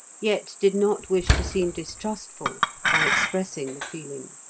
yet did not wish to seem distrustful by expressing the feeling.